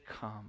come